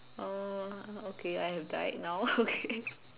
oh okay I have died now okay